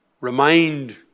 remind